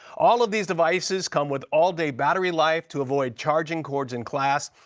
all of these devices come with all-day battery life to avoid charging cords in class,